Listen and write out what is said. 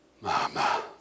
Mama